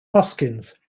hoskins